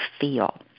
feel